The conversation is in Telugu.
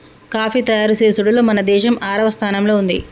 కాఫీ తయారు చేసుడులో మన దేసం ఆరవ స్థానంలో ఉంది